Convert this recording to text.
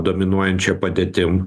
dominuojančia padėtim